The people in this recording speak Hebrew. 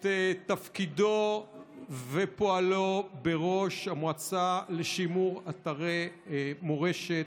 תפקידו ופועלו בראש המועצה לשימור אתרי מורשת.